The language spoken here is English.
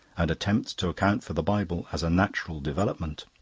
and attempts to account for the bible as a natural development.